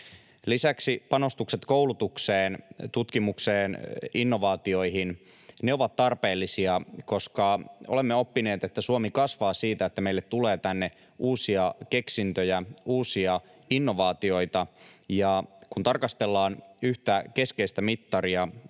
Lisäksi panostukset koulutukseen, tutkimukseen, innovaatioihin ovat tarpeellisia, koska olemme oppineet, että Suomi kasvaa siitä, että meille tulee tänne uusia keksintöjä, uusia innovaatioita. Kun tarkastellaan yhtä keskeistä mittaria,